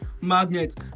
magnet